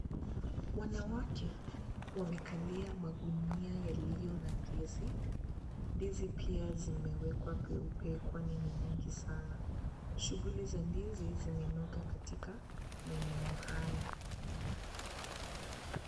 Wanawake, wamekalia magunia yaliyo na ndizi, ndizi pia zimewekwa peupe kwani ni, nyingi sana, shuguli za ndizi, zimenoga katika, maeneo haya.